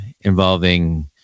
involving